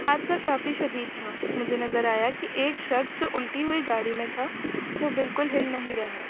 حادثہ کافی شدید تھا مجھے نظر آیا کہ ایک شخص جو الٹی ہوئی گاڑی میں تھا وہ بالکل ہل نہیں رہا ہے